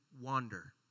wander